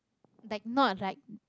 like not like